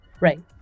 right